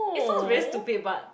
it sounds very stupid but